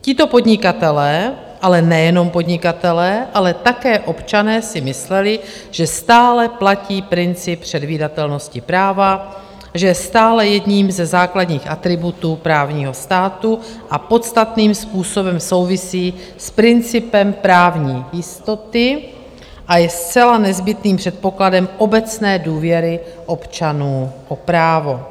Tito podnikatelé, ale nejenom podnikatelé, ale také občané si mysleli, že stále platí princip předvídatelnosti práva, že je stále jedním ze základních atributů právního státu a podstatným způsobem souvisí s principem právní jistoty a je zcela nezbytným předpokladem obecné důvěry občanů v právo.